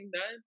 done